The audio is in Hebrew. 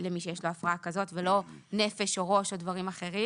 למי שיש לו הפרעה כזאת ולא נפש או ראש או דברים אחרים